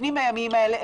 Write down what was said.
המבנים הימיים האלה,